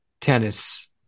tennis